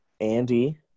andy